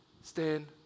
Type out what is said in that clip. stand